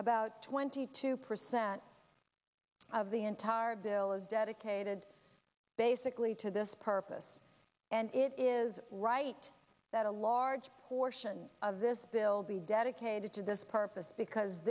about twenty two percent of the entire bill is dedicated basically to this purpose and it is right that a large portion of this bill be dedicated to this purpose because